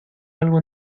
algo